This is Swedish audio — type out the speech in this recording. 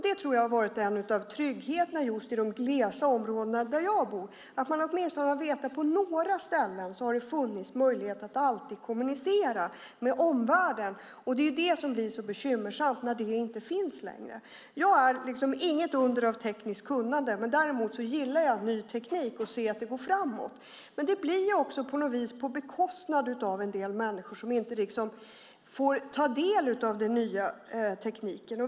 Det tror jag har varit en del av tryggheten i de glesbyggda områden där jag bor - man har vetat att det åtminstone på några ställen har funnits möjlighet att alltid kommunicera med omvärlden. Det är detta som blir så bekymmersamt när det inte finns längre. Jag är inget under av tekniskt kunnande. Däremot gillar jag ny teknik, och jag gillar att se att det går framåt. Men detta sker på bekostnad av en del människor som inte får ta del av den nya tekniken.